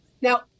Now